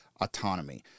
autonomy